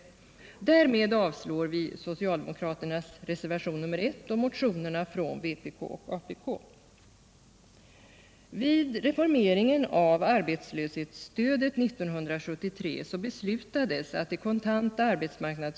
Därmed avstyrker vi socialdemokraternas reservation nr I och motionerna från vpk och apk.